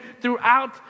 throughout